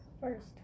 first